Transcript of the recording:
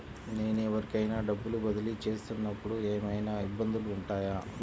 నేను ఎవరికైనా డబ్బులు బదిలీ చేస్తునపుడు ఏమయినా ఇబ్బందులు వుంటాయా?